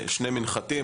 שני מנחתים,